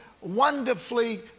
wonderfully